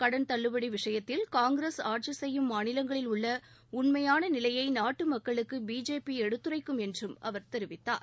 கடன் தள்ளுபடி விஷயத்தில் காங்கிரஸ் ஆட்சி செய்யும் மாநிலங்களில் உள்ள உண்மையான நிலையை நாட்டு மக்களுக்கு பிஜேபி எடுத்துரைக்கும் என்றும் அவர் தெரிவித்தார்